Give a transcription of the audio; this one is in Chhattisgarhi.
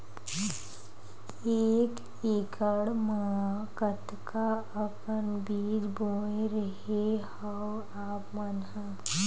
एक एकड़ म कतका अकन बीज बोए रेहे हँव आप मन ह?